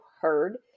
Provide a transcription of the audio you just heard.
heard